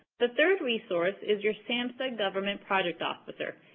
the third resource is your samhsa government project officer,